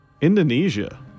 Indonesia